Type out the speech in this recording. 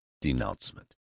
denouncement